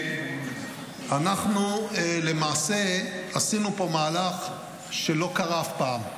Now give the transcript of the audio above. אנחנו למעשה עשינו פה מהלך שלא קרה אף פעם.